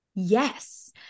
Yes